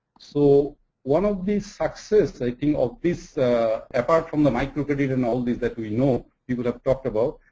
so one of the successes, i think of these apart from the micro grid and all these that we know people have talked about,